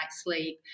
sleep